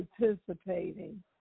participating